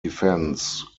defense